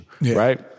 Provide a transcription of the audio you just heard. right